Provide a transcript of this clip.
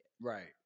Right